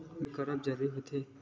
Bill काबर जरूरी होथे?